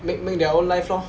make make their own life lor